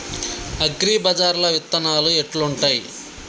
అగ్రిబజార్ల విత్తనాలు ఎట్లుంటయ్?